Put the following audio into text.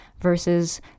versus